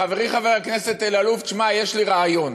חברי חבר הכנסת אלאלוף, שמע, יש לי רעיון: